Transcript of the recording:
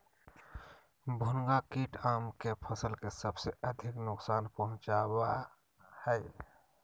भुनगा कीट आम के फसल के सबसे अधिक नुकसान पहुंचावा हइ